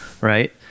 right